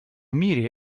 мире